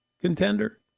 contender